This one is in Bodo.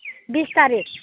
बिस तारिख